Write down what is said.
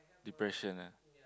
depression ah